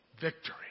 Victory